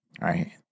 right